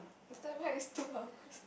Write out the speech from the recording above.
is that why it's two hours